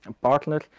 partner